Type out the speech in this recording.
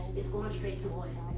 it's going straight to